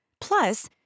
plus